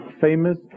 famous